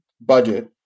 budget